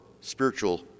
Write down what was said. spiritual